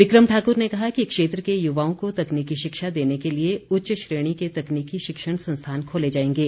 बिक्रम ठाकुर ने कहा कि क्षेत्र के युवाओं को तकनीकी शिक्षा देने के लिए उच्च श्रेणी के तकनीकी शिक्षण संस्थान खोले जाएंगे